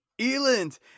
Eland